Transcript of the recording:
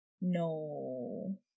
no